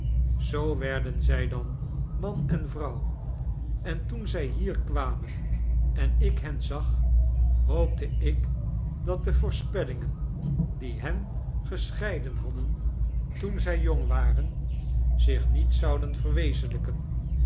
zoo werden zij dan man en vrouw en toen zij hier kwamen en ik hen zag hoopte ik dat de voorspellingen die hen gescheiden hadden toen zij jong warem zich niet zouden verwezenldjken